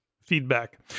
feedback